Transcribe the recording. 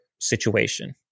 situation